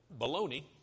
baloney